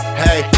hey